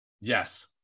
Yes